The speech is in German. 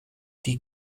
die